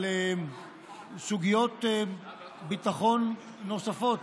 על סוגיות ביטחון נוספות,